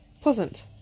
pleasant